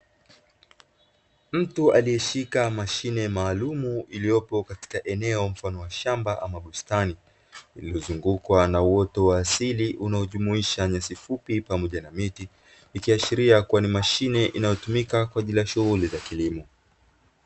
Mtu alieshika mashine maalumu iliyopo katika eneo mfano wa shamba ama bustani lililozungukwa na uoto wa asili unaojumuisha nyasi fupi pamoja na miti, ikiashiria kuwa ni mashine inayotumaka kwajili ya shughuli za kilimo.